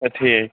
اَ ٹھیٖک